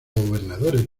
gobernadores